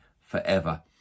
forever